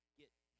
get